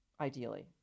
ideally